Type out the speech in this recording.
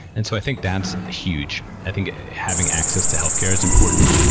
and so i think that's huge. i think having access to healthcare is important.